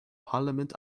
parlament